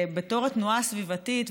בתור התנועה הסביבתית,